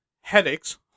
Headaches